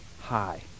High